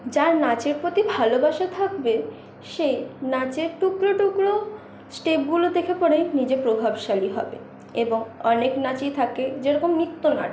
যার নাচের প্রতি ভালোবাসা থাকবে সে নাচের টুকরো টুকরো স্টেপগুলো দেখে পরে নিজে প্রভাবশালী হবে এবং অনেক নাচই থাকে যেমন নৃত্যনাট্য